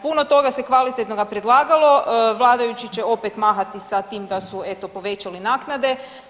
Puno toga se kvalitetnoga predlagalo, vladajući će opet mahati sa tim da su eto povećali naknade.